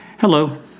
Hello